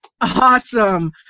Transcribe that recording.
Awesome